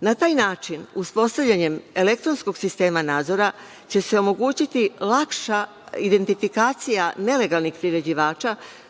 Na taj način, uspostavljanjem elektronskog sistema nadzora će se omogućiti lakša identifikacija nelegalnih priređivača,